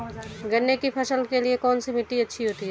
गन्ने की फसल के लिए कौनसी मिट्टी अच्छी होती है?